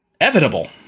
evitable